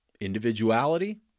Individuality